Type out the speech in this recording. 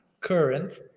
current